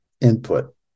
input